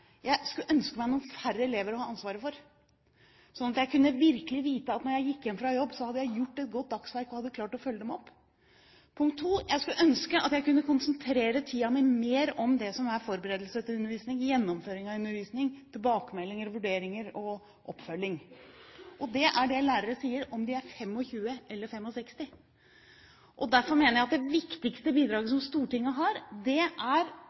Jeg skulle ønske meg noen færre elever å ha ansvaret for, sånn at jeg virkelig kunne vite når jeg gikk hjem fra jobb at jeg hadde gjort et godt dagsverk og hadde klart å følge dem opp. Og, punkt 2: Jeg skulle ønske jeg kunne konsentrere tiden min mer om det som er forberedelse til undervisning, gjennomføring av undervisning, tilbakemeldinger, vurderinger og oppfølging. Det er dette lærere sier, om de er 25 eller 67 år. Derfor mener jeg at det viktigste er at Stortinget har de overordnede, de store grepene i skole- og utdanningspolitikken, for det er